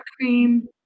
cream